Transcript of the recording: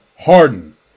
Harden